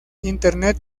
internet